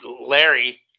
Larry